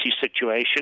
situation